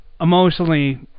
emotionally